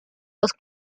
los